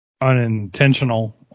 unintentional